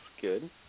good